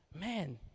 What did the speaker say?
man